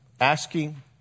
asking